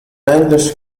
english